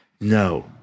No